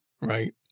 right